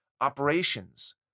operations